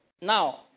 now